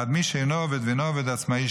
בעד מי שאינו עובד ואינו עובד עצמאי,